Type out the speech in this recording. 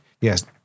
Yes